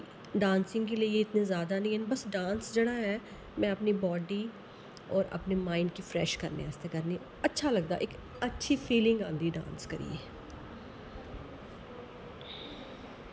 dancing गी लेइयै इतने ज्यादा नी हैन बस डांस जेह्ड़ा ऐ में अपनी बाडी होर अपने माइंड गी फ्रैश करने आस्तै करनी अच्छा लगदा इक अच्छी फीलिंग आंदी डांस करियै